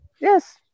yes